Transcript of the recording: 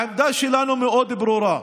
העמדה שלנו מאוד ברורה: